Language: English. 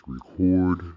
Record